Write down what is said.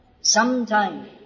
Sometime